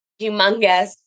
humongous